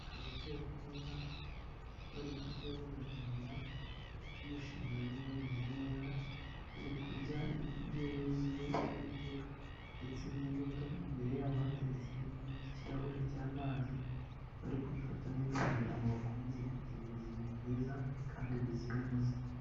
Abantu bicaye ku meza, bari kurya baganira bishimanye bameze neza, bari kurya indyo yuzuye iriho imboga ndetse n'imbuto, imbere yabo hateretse ikirahure cy'amazi, bari kwifata neza kugira ngo bakomeze kugira ubuzima bwiza, kandi buzira umuze.